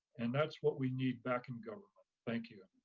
and that's what we need back in government, thank you.